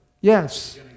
Yes